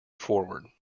forward